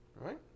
Right